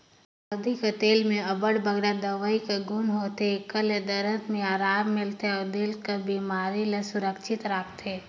हरदी कर तेल में अब्बड़ बगरा दवई कर गुन होथे, एकर ले दरद में अराम मिलथे अउ दिल कर बेमारी ले सुरक्छित राखथे